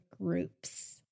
groups